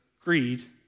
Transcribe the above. greed